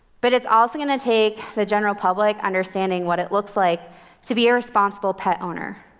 but it's also going to take the general public understanding what it looks like to be a responsible pet owner.